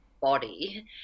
body